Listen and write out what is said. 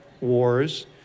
wars